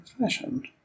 fashion